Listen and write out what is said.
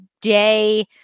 day